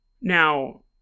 Now